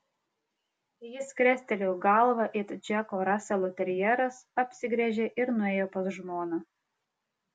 jis krestelėjo galvą it džeko raselo terjeras apsigręžė ir nuėjo pas žmoną